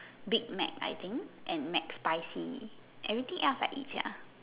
Big Mac I think and MacSpicy everything else I eat sia